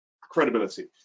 credibility